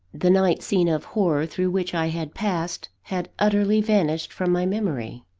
the night-scene of horror through which i had passed, had utterly vanished from my memory.